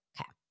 okay